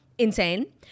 Insane